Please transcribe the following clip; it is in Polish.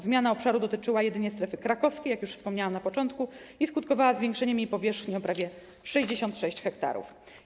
Zmiana obszaru dotyczyła jedynie strefy krakowskiej, jak już wspomniałam na początku, i skutkowała zwiększeniem jej powierzchni o prawie 66 ha.